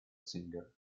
singer